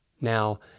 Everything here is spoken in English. Now